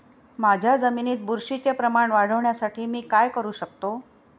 माझ्या जमिनीत बुरशीचे प्रमाण वाढवण्यासाठी मी काय करू शकतो?